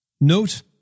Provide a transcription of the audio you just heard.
Note